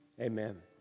Amen